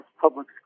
public